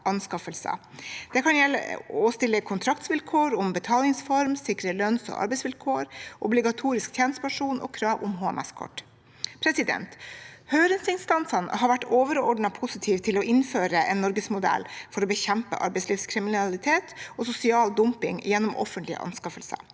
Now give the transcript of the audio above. Det kan gjelde det å stille kontraktsvilkår om betalingsform, sikring av lønns- og arbeidsvilkår, obligatorisk tjenestepensjon og krav om HMS-kort. Høringsinstansene har vært overordnet positive til å innføre en norgesmodell for å bekjempe arbeidslivskriminalitet og sosial dumping gjennom offentlige anskaffelser.